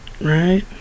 right